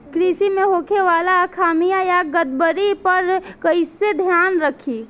कृषि में होखे वाला खामियन या गड़बड़ी पर कइसे ध्यान रखि?